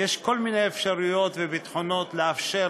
יש כל מיני אפשרויות וביטחונות שמאפשרים